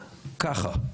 ככה.